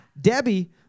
Debbie